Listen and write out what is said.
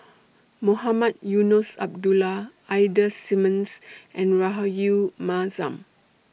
Mohamed Eunos Abdullah Ida Simmons and Rahayu Mahzam